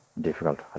difficult